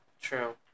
true